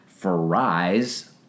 fries